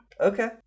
Okay